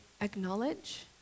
acknowledge